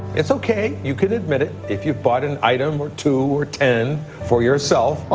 it's ok, you can admit it if you've bought an item or two or ten for yourself.